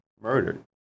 murdered